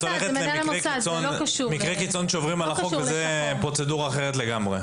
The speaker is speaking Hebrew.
את הולכת למקרה קיצון כאשר עוברים על החוק וזאת פרוצדורה אחרת לגמרי.